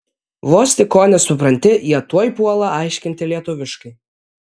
vos tik ko nesupranti jie tuoj puola aiškinti lietuviškai